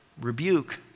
Rebuke